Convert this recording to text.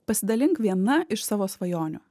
pasidalink viena iš savo svajonių